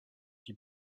die